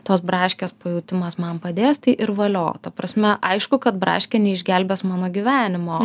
tos braškės pajautimas man padės tai ir valio ta prasme aišku kad braškė neišgelbės mano gyvenimo